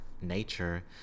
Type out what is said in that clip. nature